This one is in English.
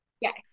Yes